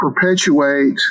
perpetuate